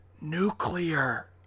Nuclear